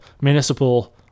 municipal